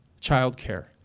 childcare